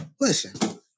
listen